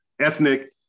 ethnic